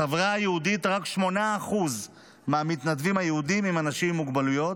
בחברה היהודית רק 8% מהמתנדבים היהודים הם אנשים עם מוגבלויות,